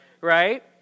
right